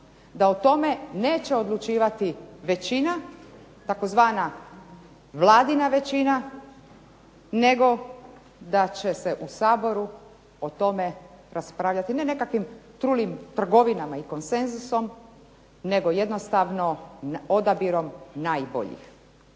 da o tome neće odlučivati većina, tzv. vladina većina nego da će se u Saboru o tome raspravljati ne nekakvim trulim trgovinama i konsenzusom, nego jednostavno odabirom najboljih.